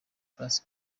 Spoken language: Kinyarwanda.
plus